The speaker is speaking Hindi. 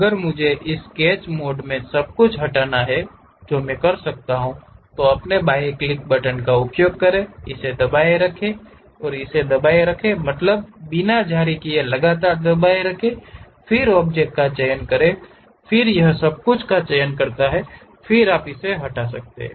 अगर मुझे इस स्केच मोड में सब कुछ हटाना है जो मैं कर सकता हूं तो अपने बाएं क्लिक बटन का उपयोग करें इसे दबाए रखें इसे दबाए रखें मतलब बिना जारी किए लगातार दबाएं फिर ऑब्जेक्ट का चयन करें फिर यह सब कुछ का चयन करता है फिर आप इसे हटा सकते हैं